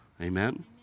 Amen